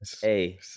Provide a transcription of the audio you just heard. hey